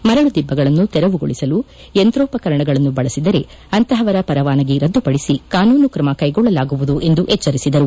ಮರಳು ದಿಬ್ಬಗಳನ್ನು ತೆರವುಗೊಳಿಸಲು ಯಂತ್ರೋಪಕರಣಗಳನ್ನು ಬಳಸಿದರೆ ಅಂತಹವರ ಪರವಾನಗಿ ರದ್ದುಪಡಿಸಿ ಕಾನೂನು ಕ್ರಮ ಕೈಗೊಳ್ಳಲಾಗುವುದು ಎಂದು ಎಚ್ಚರಿಸಿದರು